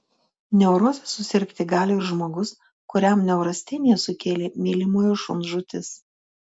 neuroze susirgti gali ir žmogus kuriam neurasteniją sukėlė mylimo šuns žūtis